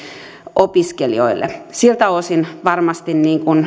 opiskelijoille siltä osin varmasti